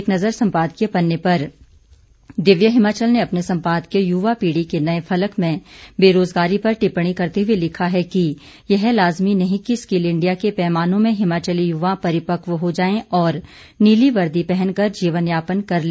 एक नज़र सम्पादकीय पन्ने पर दिव्य हिमाचल ने अपने सम्पादकीय युवा पीढ़ी के नए फलक में बेरोजगारी पर टिप्पणी करते हुए लिखा है कि यह लाजिमी नहीं कि स्किल इंडिया के पैमानों में हिमाचली युवा परिपक्व हो जाए और नीली वर्दी पहनकर जीवन यापन कर ले